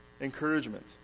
encouragement